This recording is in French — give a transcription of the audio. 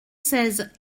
seize